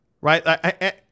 Right